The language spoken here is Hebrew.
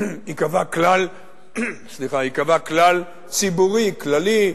ייקבע כלל ציבורי, כללי,